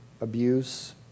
abuse